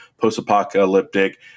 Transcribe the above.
post-apocalyptic